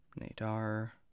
Nadar